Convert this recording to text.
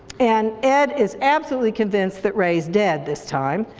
and ed is absolutely convinced that ray is dead this time,